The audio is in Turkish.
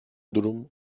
durum